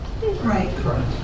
Right